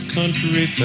Country